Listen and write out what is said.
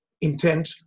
intent